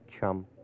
chum